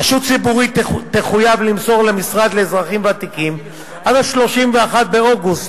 רשות ציבורית תחויב למסור למשרד לאזרחים ותיקים עד 31 באוגוסט